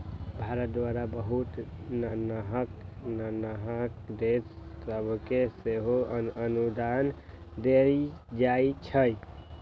भारत द्वारा बहुते नन्हकि नन्हकि देश सभके सेहो अनुदान देल जाइ छइ